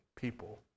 people